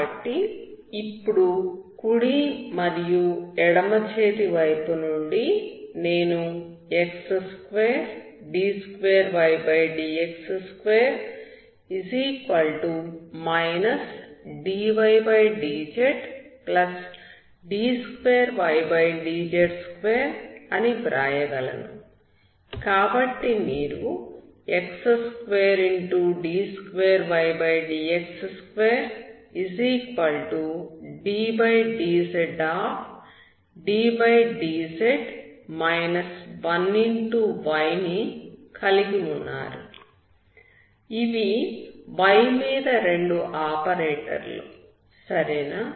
కాబట్టి ఇప్పుడు కుడి మరియు ఎడమ చేతి వైపు నుండి నేను x2d2ydx2 dydzd2ydz2 అని వ్రాయగలను కాబట్టి మీరు x2d2ydx2ddzddz 1y ని కలిగి ఉన్నారు ఇవి y మీద రెండు ఆపరేటర్లు సరేనా